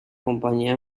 compañía